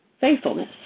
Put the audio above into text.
faithfulness